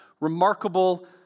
remarkable